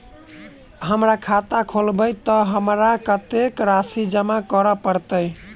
हम खाता खोलेबै तऽ हमरा कत्तेक राशि जमा करऽ पड़त?